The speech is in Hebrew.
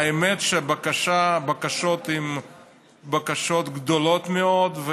האמת היא שהבקשות הן בקשות גדולות מאוד,